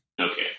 Okay